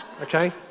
Okay